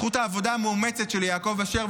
בזכות העבודה מאומצת של יעקב אשר,